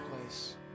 place